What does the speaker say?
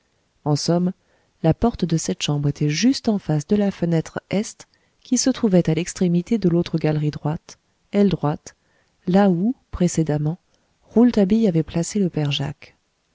en somme la porte de cette chambre était juste en face de la fenêtre est qui se trouvait à l'extrémité de l'autre galerie droite aile droite là où précédemment rouletabille avait placé le père jacques